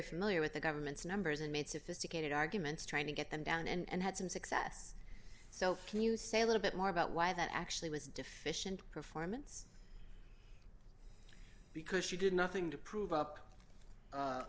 familiar with the government's numbers and made sophisticated arguments trying to get them down and had some success so can you say a little bit more about why that actually was deficient performance because she did nothing to prove up